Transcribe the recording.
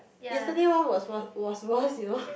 yesterday one was wo~ was worse you know